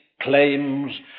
claims